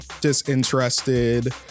disinterested